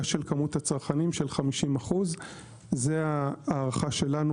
של כמות הצרכנים של 50%. זו ההערכה שלנו,